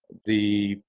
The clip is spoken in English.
the